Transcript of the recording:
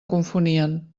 confonien